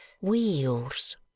Wheels